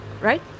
right